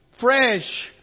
fresh